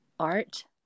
art